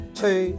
two